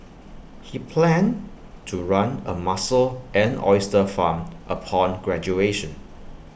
he planned to run A mussel and oyster farm upon graduation